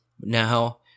Now